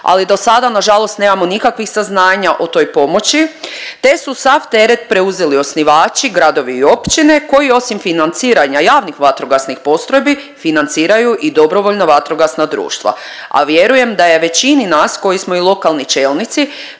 ali do sada na žalost nemamo nikakvih saznanja o toj pomoći te su sav teret preuzeli osnivači gradovi i općine koji osim financiranja javnih vatrogasnih postrojbi, financiraju i dobrovoljna vatrogasna društva, a vjerujem da je većini nas koji smo i lokalni čelnici